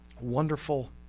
wonderful